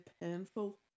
painful